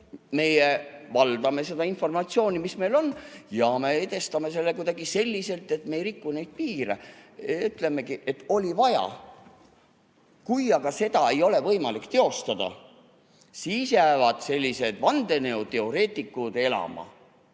Meie valvame seda informatsiooni, mis meil on, ja me edastame selle kuidagi selliselt, et me ei riku neid piire, ütlemegi, et oli vaja. Kui aga seda ei ole võimalik teostada, siis jäävad vandenõuteoreetikud elama,